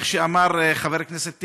כמו שאמר חבר הכנסת טיבי,